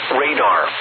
radar